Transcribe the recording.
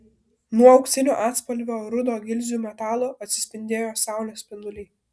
nuo auksinio atspalvio rudo gilzių metalo atsispindėjo saulės spinduliai